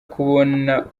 kubona